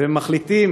אז, ומחליטים